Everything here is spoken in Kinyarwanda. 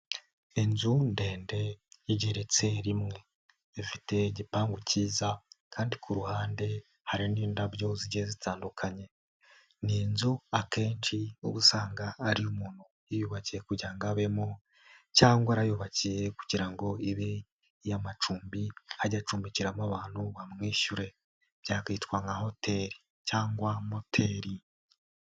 Inzu ndende yigeretse rimwe ifite igipangu cyiza kandi ku ruhande hari n'indabyo zigiye zitandukanye ni inzu akenshi ubu usanga ari iy'umuntu yiyubakiye kugira ngo abemo cyangwa yarayubakiye kugira ngo ibe iy'amacumbi age acumbikiramo abantu bamwishyure byakitwa nka hoteri cyangwa moteri.